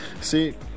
See